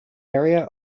area